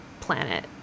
planet